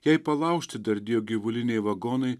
jai palaužti dardėjo gyvuliniai vagonai